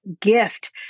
gift